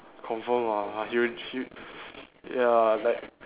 confirm ah you she ya like